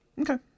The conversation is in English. Okay